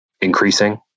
increasing